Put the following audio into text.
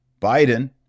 Biden